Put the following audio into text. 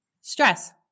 Stress